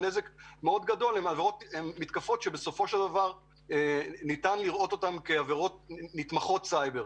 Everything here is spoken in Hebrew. גדול הן העבירות שניתן לראות אותן כעבירות נתמכות סייבר.